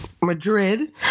Madrid